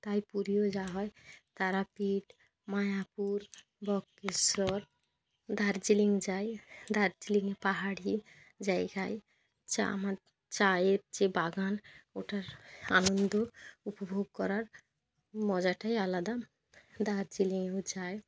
তাই পুরীও যাওয়া হয় তারাপীঠ মায়াপুর বক্রেশ্বর দার্জিলিং যাই দার্জিলিং পাহাড়ি জায়গায় চাম চায়ের যে বাগান ওটার আনন্দ উপভোগ করার মজাটাই আলাদা দার্জিলিং চায়ে